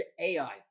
AI